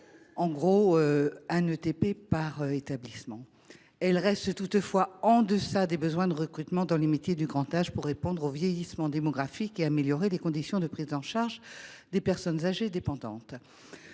ETP supplémentaire par établissement. Elle reste toutefois en deçà des besoins de recrutement dans les métiers du grand âge, si nous voulons répondre au vieillissement démographique et améliorer les conditions de prise en charge des personnes âgées dépendantes.